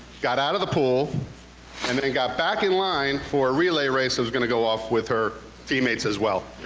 got out of the pool and then got back in line for a relay race that was gonna go off with her teammates as well.